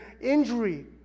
injury